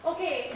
Okay